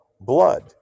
blood